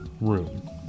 room